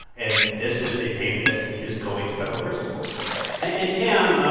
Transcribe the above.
and this is a payment that he is going to federal prison for and, tam,